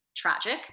tragic